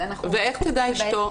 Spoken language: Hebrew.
ואיך תדע אישתו?